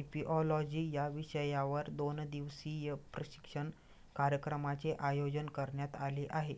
इपिओलॉजी या विषयावर दोन दिवसीय प्रशिक्षण कार्यक्रमाचे आयोजन करण्यात आले आहे